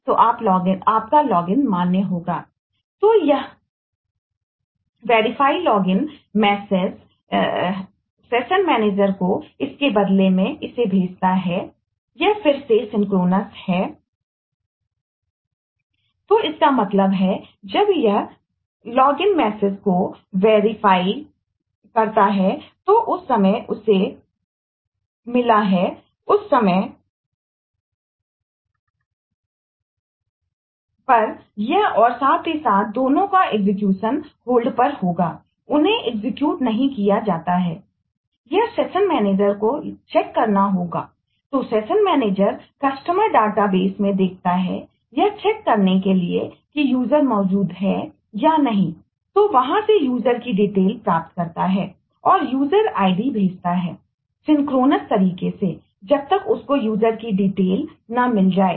तो यह verify login message ना मिल जाए